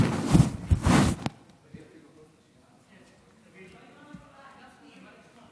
זה לא ינון אזולאי.